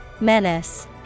Menace